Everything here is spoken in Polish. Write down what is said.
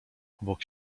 obok